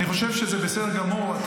אני חושב שזה בסדר גמור.